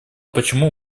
почему